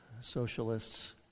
socialists